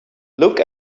look